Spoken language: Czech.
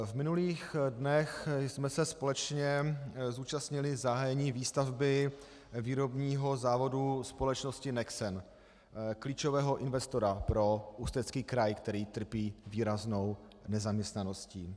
V minulých dnech jsme se společně zúčastnili zahájení výstavby výrobního závodu společnosti Nexen, klíčového investora pro Ústecký kraj, který trpí výraznou nezaměstnaností.